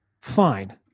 Fine